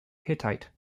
hittite